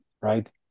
right